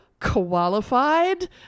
qualified